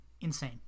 insane